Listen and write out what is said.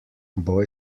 boj